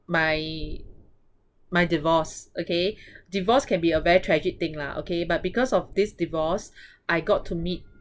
my my divorce okay divorce can be a very tragic thing lah okay but because of this divorce I got to meet